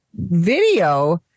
video